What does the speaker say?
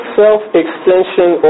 self-extension